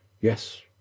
yes